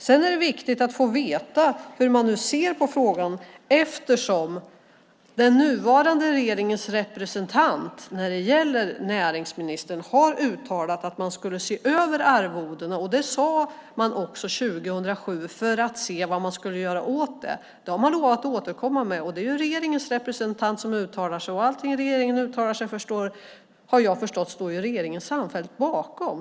Sedan är det viktigt att få veta hur man ser på frågan eftersom den nuvarande regeringens representant från Näringsdepartementet har uttalat att man skulle se över arvodena - det sade man också 2007 - för att se vad man skulle göra åt detta. Det har man lovat att återkomma med. Det är regeringens representant som har uttalat sig om detta, och allt som regeringen uttalar sig om står regeringen, såvitt jag har förstått, samfällt bakom.